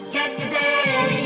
Yesterday